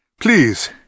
Please